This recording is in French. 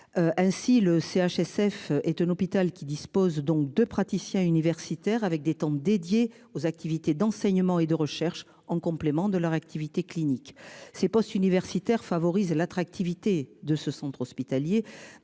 Ainsi le CHSF est un hôpital qui dispose donc de praticiens universitaire, avec des tentes dédié aux activités d'enseignement et de recherche en complément de leur activité clinique c'est post-universitaires favorise l'attractivité de ce centre hospitalier